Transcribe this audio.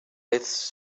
its